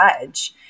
judge